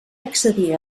accedir